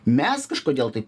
mes kažkodėl taip